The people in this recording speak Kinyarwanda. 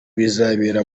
bizabera